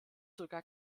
sogar